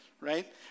Right